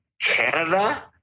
Canada